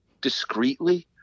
discreetly